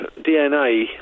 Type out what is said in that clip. DNA